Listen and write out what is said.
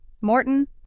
Morton